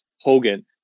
Hogan